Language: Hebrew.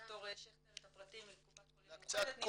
מד"ר שכטר את הפרטים מקופת חולים מאוחדת,